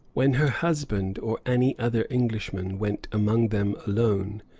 when her husband or any other englishman went among them alone,